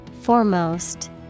Foremost